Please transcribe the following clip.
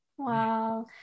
Wow